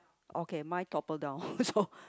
okay mine topple down so